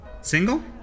Single